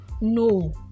no